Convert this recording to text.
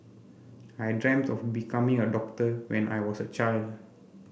I dreamt of becoming a doctor when I was a child